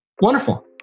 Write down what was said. wonderful